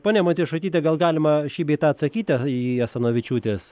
ponia matjošaityte gal galima šį bei tą atsakyti į asanavičiūtės